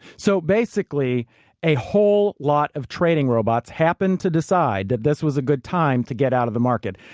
so basically a whole lot of trading robots happened to decide that this was a good time to get out of the market.